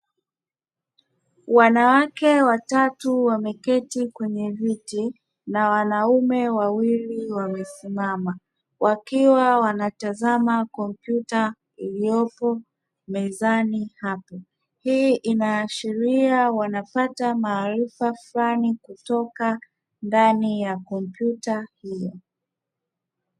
Wanawake watatu wameketi kwenye viti na wanaume wawili wamesimama wakiwa wanatazama kompyuta iliyopo mezani hapo. Hii inaashiria wanapata maarifa fulani kutoka ndani ya kompyuta hiyo.